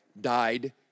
died